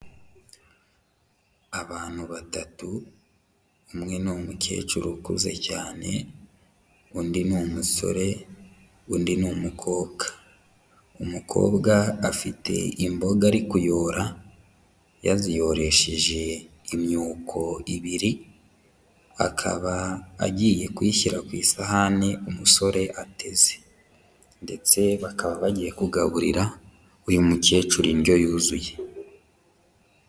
Abantu batatu, umwe ni umukecuru ukuze cyane, undi ni umusore, undi ni umukobwa. Umukobwa afite imboga ari kuyora, yaziyoresheje imyuko ibiri, akaba agiye kuyishyira ku isahani umusore ateze ndetse bakaba bagiye kugaburira uyu mukecuru indyo yuzuye.